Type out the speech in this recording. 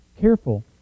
careful